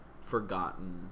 Forgotten